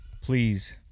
please